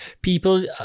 people